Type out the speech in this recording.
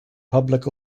public